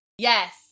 Yes